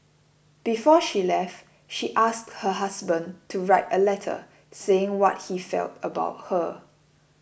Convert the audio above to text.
before she left she asked her husband to write a letter saying what he felt about her